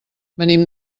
venim